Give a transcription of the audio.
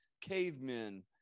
cavemen